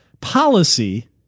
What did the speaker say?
policy